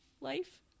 life